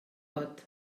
pot